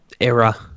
era